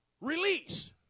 Release